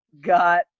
got –